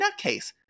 nutcase